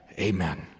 amen